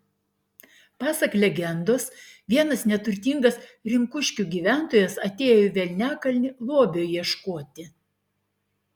pasak legendos vienas neturtingas rinkuškių gyventojas atėjo į velniakalnį lobio ieškoti